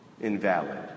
invalid